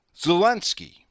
Zelensky